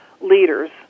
leaders